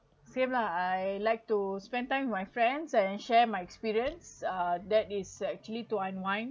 same lah I like to spend time with my friends and share my experience uh that is actually to unwind